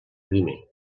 primer